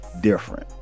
different